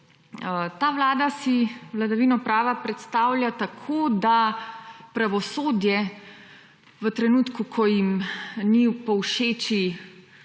Ta vlada si vladavino prava predstavlja tako, da pravosodje v trenutku, ko jim ni povšeči